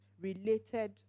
related